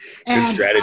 strategy